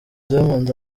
diamond